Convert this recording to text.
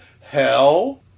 hell